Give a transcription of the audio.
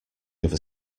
other